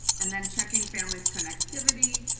and then checking families connectivity.